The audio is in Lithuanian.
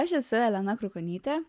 aš esu elena krukonytė